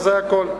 וזה הכול.